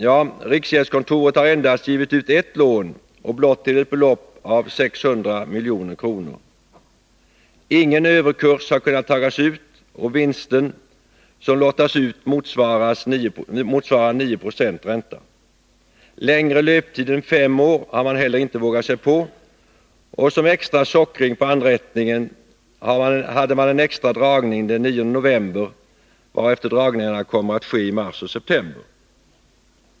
Ja, riksgäldskontoret har endast givit ut ett lån och blott till ett belopp av 600 milj.kr. Ingen överkurs har kunnat tagas ut och vinsten som lottas ut motsvarar 9 96 ränta. Längre löptid än fem år har man inte heller vågat sig på, och som extra sockring på anrättningen hade man en extra dragning den 9 november, varefter dragningar kommer att ske i mars och september.